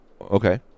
Okay